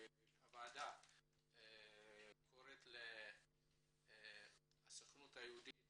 הוועדה קוראת לסוכנות היהודית